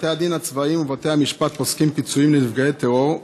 בתי הדין הצבאיים ובתי המשפט פוסקים פיצויים לנפגעי טרור,